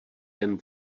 jen